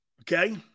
Okay